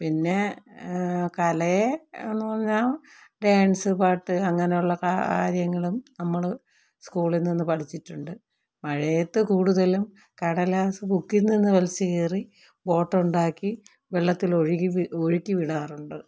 പിന്നെ കലയെ എന്നു പറഞ്ഞ ഡാൻസ് പാട്ട് അങ്ങനെയുള്ള കാര്യങ്ങളും നമ്മള് സ്കൂളിൽനിന്ന് പഠിച്ചിട്ടുണ്ട് മഴയത്ത് കൂടുതലും കടലാസ് ബൂക്കിൽനിന്ന് വലിച്ചുകീറി ബോട്ട് ഉണ്ടാക്കി വെള്ളത്തിൽ ഒഴുകി ഒഴുക്കി വിടാറുണ്ട്